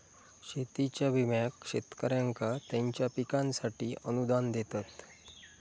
शेतीच्या विम्याक शेतकऱ्यांका त्यांच्या पिकांसाठी अनुदान देतत